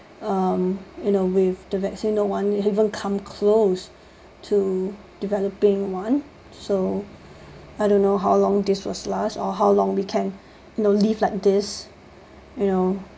um you know with the vaccine no one even come close to developing one so I don't know how long this was last or how long we can live like this you know